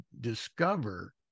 discover